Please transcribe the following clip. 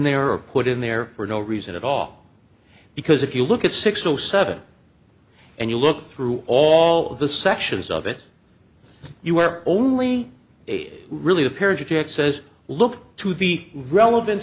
there or put in there for no reason at all because if you look at six o seven and you look through all of the sections of it you are only really a parasitic says look to be relevant